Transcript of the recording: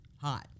hot